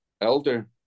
elder